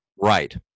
Right